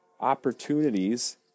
opportunities